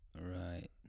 Right